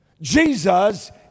Jesus